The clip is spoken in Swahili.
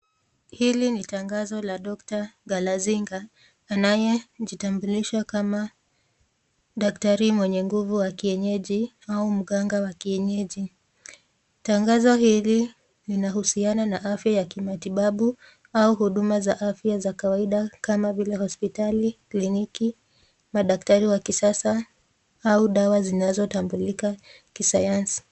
Hili ni tangazo la doctor galazinga , anayejitambulisha kama daktari mwenye nguvu ya kienyeji, au mganga wa kienyeji, tangazo hili linahusiana na afya ya kimatibabu, au huduma za afya za kawaida kama vile hospitali, kliniki, madaktari wa kisasa, au dawa zinazotambulika kisayansi.